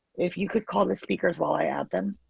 if you could call the speakers, while i add them.